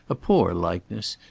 a poor likeness,